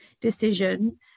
decision